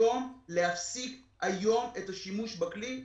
היום להפסיק היום את השימוש בכלי,